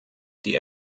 die